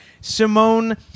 Simone